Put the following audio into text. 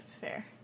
Fair